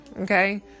okay